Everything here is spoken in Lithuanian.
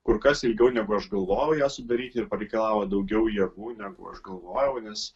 kur kas ilgiau negu aš galvojau ją sudaryti ir pareikalavo daugiau jėgų negu aš galvojau nes